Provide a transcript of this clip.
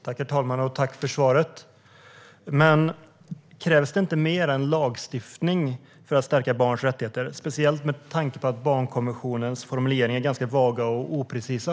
Herr talman! Tack för svaret! Men krävs det inte mer än lagstiftning för att stärka barns rättigheter, speciellt med tanke på att barnkonventionens formuleringar är ganska vaga och oprecisa?